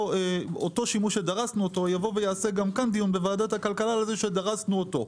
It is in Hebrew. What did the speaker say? אותו שימוש שדרסנו אותו יעשה גם כאן דיון בוועדת הכלכלה על שדרסנו אותו.